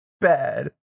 Bad